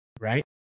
right